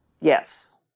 Yes